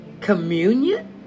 communion